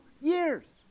years